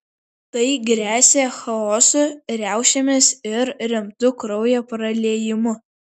tai gresia chaosu riaušėmis ir rimtu kraujo praliejimu